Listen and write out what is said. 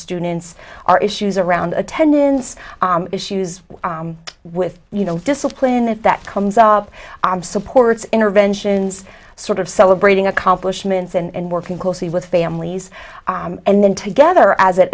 students are issues around attendance issues with you know discipline if that comes up supports interventions sort of celebrating accomplishments and working closely with families and then together as it